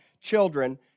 Children